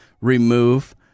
remove